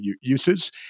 uses